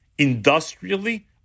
industrially